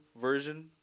version